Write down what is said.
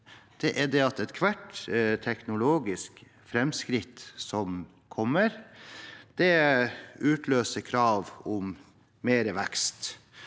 ser, er at ethvert teknologisk framskritt som kommer, utløser krav om mer vekst.